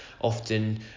Often